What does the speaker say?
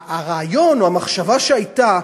הרעיון או המחשבה שהייתה,